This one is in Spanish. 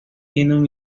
hierro